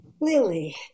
Lily